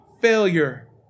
failure